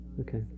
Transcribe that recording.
Okay